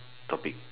topic